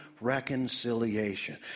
reconciliation